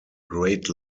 great